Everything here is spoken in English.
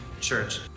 Church